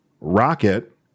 Rocket